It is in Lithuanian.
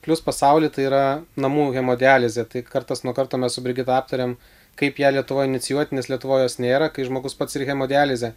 plius pasauly tai yra namų hemodializė tai kartas nuo karto mes su brigita aptariam kaip ją lietuvoj inicijuot nes lietuvoj jos nėra kai žmogus pats ir hemodializė